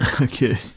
Okay